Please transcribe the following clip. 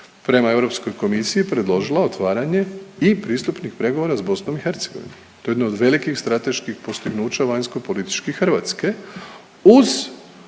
prema Europskoj komisiji predložila otvaranje i pristupnih pregovora s BiH, to je jedno od velikih strateških postignuća vanjsko političkih Hrvatske uz